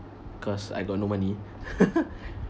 because I got no money